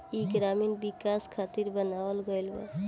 ई ग्रामीण विकाश खातिर बनावल गईल बा